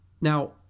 Now